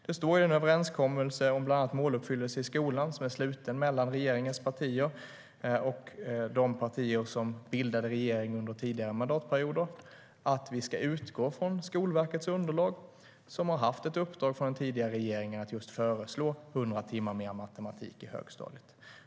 Det står i den överenskommelse om bland annat måluppfyllelse i skolan som är sluten mellan regeringens partier och de partier som bildade regering under tidigare mandatperioder att vi ska utgå från Skolverkets underlag som har haft ett uppdrag från den tidigare regeringen att just föreslå 100 timmar mer matematik i högstadiet.